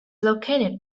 located